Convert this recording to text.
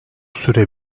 süre